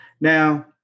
Now